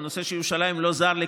והנושא של ירושלים לא זר לי,